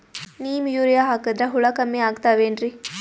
Neem urea ಹಾಕದ್ರ ಹುಳ ಕಮ್ಮಿ ಆಗತಾವೇನರಿ?